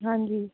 ਹਾਂਜੀ